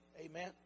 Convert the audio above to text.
Amen